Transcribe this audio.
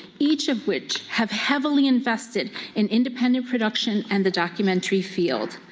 each of which have heavily invested in independent production and the documentary field.